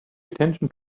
attention